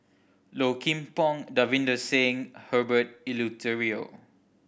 Low Kim Pong Davinder Singh Herbert Eleuterio